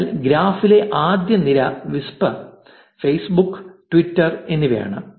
അതിനാൽ ഗ്രാഫിലെ ആദ്യ നിര വിസ്പർ ഫെയ്സ്ബുക്ക് ട്വിറ്റർ എന്നിവയാണ്